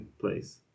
place